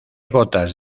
gotas